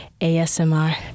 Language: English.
ASMR